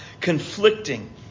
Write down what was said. conflicting